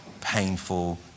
painful